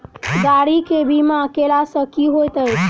गाड़ी केँ बीमा कैला सँ की होइत अछि?